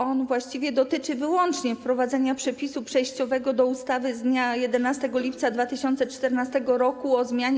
On właściwie dotyczy wyłącznie wprowadzenia przepisu przejściowego do ustawy z dnia 11 lipca 2014 r. o zmianie